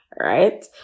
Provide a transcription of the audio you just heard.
right